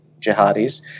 jihadis